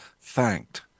thanked